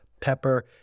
pepper